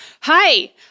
Hi